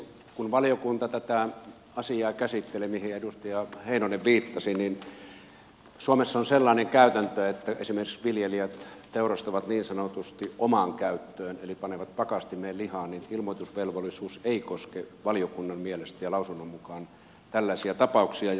kun valiokunta käsitteli tätä asiaa mihin edustaja heinonen viittasi niin suomessa on sellainen käytäntö että kun esimerkiksi viljelijät teurastavat niin sanotusti omaan käyttöön eli panevat pakastimeen lihaa niin ilmoitusvelvollisuus ei koske valiokunnan mielestä ja lausunnon mukaan tällaisia tapauksia ja sama koskee poroja